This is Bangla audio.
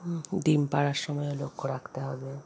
হুম ডিম পাড়ার সময়ও লক্ষ্য রাখতে হবে